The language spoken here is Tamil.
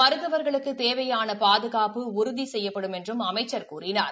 மருத்துவர்களுக்கு தேவையான பாதுகாப்பு உறுதி செய்யப்படும் என்றும் அமைச்சர் கூறினார்